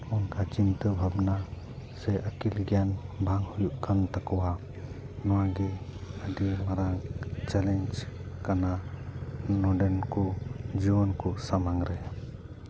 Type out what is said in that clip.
ᱚᱱᱠᱟ ᱪᱤᱱᱛᱟᱹ ᱵᱷᱟᱵᱽᱱᱟ ᱥᱮ ᱟᱹᱠᱤᱞ ᱜᱮᱭᱟᱱ ᱵᱟᱝ ᱦᱩᱭᱩᱜ ᱠᱟᱱ ᱛᱟᱠᱚᱣᱟ ᱱᱚᱣᱟᱜᱮ ᱟᱹᱰᱤ ᱢᱟᱨᱟᱝ ᱪᱮᱞᱮᱧᱡᱽ ᱠᱟᱱᱟ ᱱᱚᱸᱰᱮᱱ ᱠᱚ ᱡᱩᱣᱟᱹᱱ ᱠᱚ ᱥᱟᱢᱟᱝ ᱨᱮ